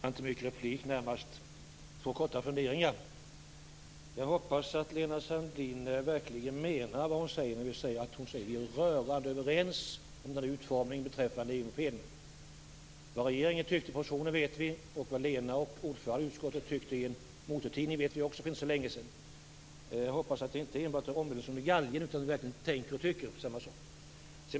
Fru talman! Jag har några små funderingar. Jag hoppas att Lena Sandlin verkligen menar vad hon säger när hon säger att vi är rörande överens om utformningen beträffande EU-mopeden. Vad regeringen tyckte vet vi. Och vad Lena Sandlin och ordföranden i utskottet framförde i en motortidning för inte så länge sedan vet vi också. Jag hoppas att det inte bara är fråga om en omvändelse under galgen utan att de verkligen tänker och tycker samma sak.